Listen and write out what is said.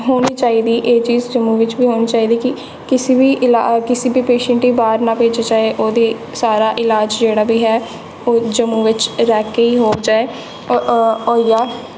होनी चाहिदी एह् चीज़ जम्मू बिच्च बी होनी चाहिदी किसे बी ईला किसे बी पेशैंट गी बाह्र ना भेजेआ जाए ओह्दे सारा ईलाज़ जेह्ड़ा बी है ओह् जम्मू बिच्च रैह् के ही हो जाए होर होई जाए